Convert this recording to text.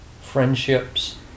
friendships